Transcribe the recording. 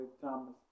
Thomas